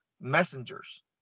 messengers